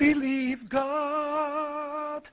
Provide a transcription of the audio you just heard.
believe god